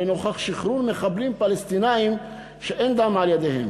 לנוכח שחרור מחבלים פלסטינים שאין דם על ידיהם.